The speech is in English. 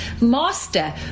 master